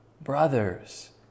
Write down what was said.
Brothers